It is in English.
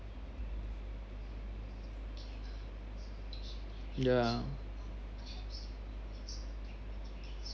ya